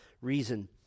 reason